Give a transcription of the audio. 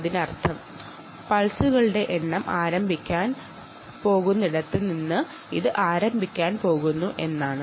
അതിനർത്ഥം പൾസുകൾ എണ്ണി തുടങ്ങാൻ പോകുന്നു എന്നതാണ്